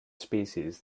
species